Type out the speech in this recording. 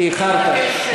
כי איחרת.